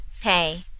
pay